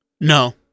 No